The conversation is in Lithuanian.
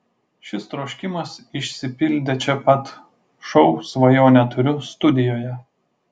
šis troškimas išsipildė čia pat šou svajonę turiu studijoje